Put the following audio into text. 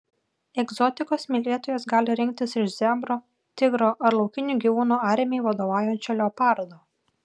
egzotikos mylėtojos gali rinktis iš zebro tigro ar laukinių gyvūnų armijai vadovaujančio leopardo